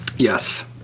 Yes